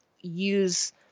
use